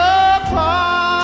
apart